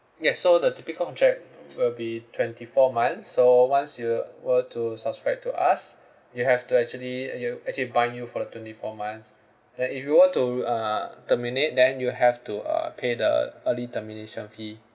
yes so the typical contract will be twenty four months so once you were to subscribe to us you have to actually you actually bind you for the twenty four months then if you were to r~ uh terminate then you have to uh pay the early termination fee